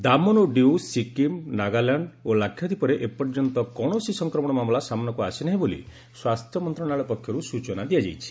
ଦାମନ୍ ଓ ଡିୟୁ ସିକ୍କିମ୍ ନାଗାଲ୍ୟାଣ୍ଡ୍ ଓ ଲାକ୍ଷାଦ୍ୱୀପରେ ଏପର୍ଯ୍ୟନ୍ତ କୌଣସି ସଂକ୍ରମଣ ମାମଲା ସାମ୍ରାକ୍ର ଆସି ନାହି ବୋଲି ସ୍ୱାସ୍ଥ୍ୟ ମନ୍ତ୍ରଣାଳୟ ପକ୍ଷରୁ ସୂଚନା ଦିଆଯାଇଛି